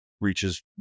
reaches